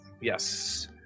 yes